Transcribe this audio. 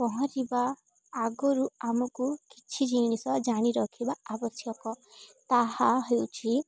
ପହଁରିବା ଆଗରୁ ଆମକୁ କିଛି ଜିନିଷ ଜାଣି ରଖିବା ଆବଶ୍ୟକ ତାହା ହେଉଛି